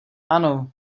ano